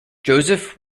joseph